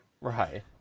Right